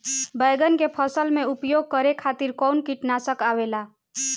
बैंगन के फसल में उपयोग करे खातिर कउन कीटनाशक आवेला?